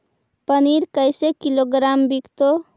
पनिर कैसे किलोग्राम विकतै?